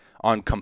on